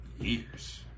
years